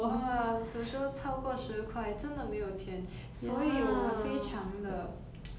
!wah! 有时候超过十块真的没有钱所以我们非常的